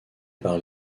par